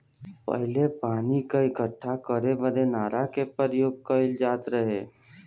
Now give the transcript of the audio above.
पहिले पानी क इक्कठा करे बदे नारा के परियोग कईल जात रहे